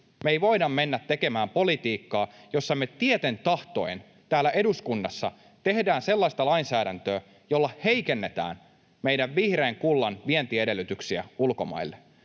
Me ei voida mennä tekemään politiikkaa, jossa me tieten tahtoen täällä eduskunnassa tehdään sellaista lainsäädäntöä, jolla heikennetään meidän vihreän kullan vientiedellytyksiä ulkomaille.